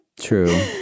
True